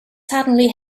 suddenly